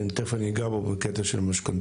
תיכף אני אגע בו בקטע של משכנתאות.